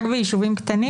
רק ביישובים קטנים?